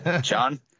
John